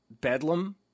bedlam